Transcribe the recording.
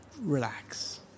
relax